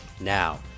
Now